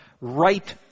right